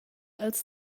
els